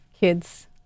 kids